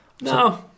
no